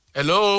Hello